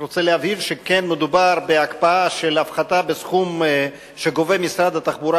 אני רוצה להבהיר שמדובר בהקפאה בהפחתה בסכום שמשרד התחבורה